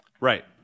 Right